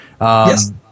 Yes